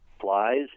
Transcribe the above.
flies